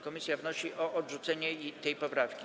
Komisja wnosi o odrzucenie tej poprawki.